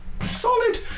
solid